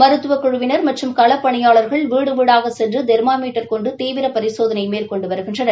மருத்துவக் குழுவினா மற்றும் களப்பணியாளர்கள் வீடு வீடாகச் சென்று தொமா மீட்டர் கொண்டு தீவிர பரிசோதனை மேற்கொண்டு வருகின்றனர்